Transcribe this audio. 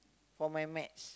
for my match